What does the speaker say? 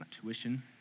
tuition